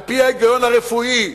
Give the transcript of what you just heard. על-פי ההיגיון הרפואי,